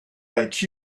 like